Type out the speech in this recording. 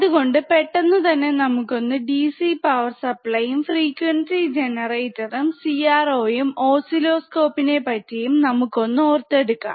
അതുകൊണ്ട് പെട്ടെന്നുതന്നെ നമുക്കൊന്ന് ഡിസി പവർ സപ്ലൈ യും ഫ്രീക്വൻസി ജനറേറ്ററും സി ആർ ഓ യും ഓസ്സിലോസ്കോപ്പിനെ പറ്റിയും നമുക്ക് ഒന്ന് ഓർത്തെടുക്കാം